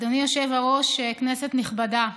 אדוני היושב-ראש, כנסת נכבדה,